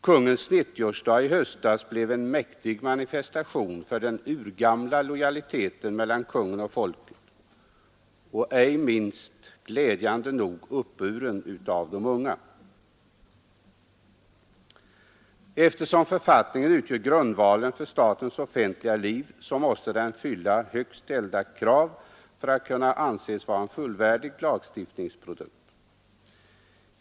Konungens 90-årsdag i höstas blev en mäktig manifestation för den urgamla lojaliteten mellan konungen och folket, inte minst — och glädjande nog — uppburen av de unga. Eftersom författningen utgör grundvalen för statens offentliga liv måste den fylla högt ställda krav för att kunna anses vara en fullvärdig lagstiftningsprodukt.